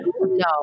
No